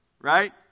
Right